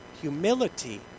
Humility